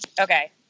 Okay